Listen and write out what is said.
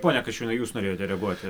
pone kasčiūnai jūs norėjote reaguoti